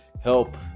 help